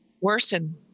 worsen